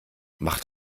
macht